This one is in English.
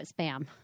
Spam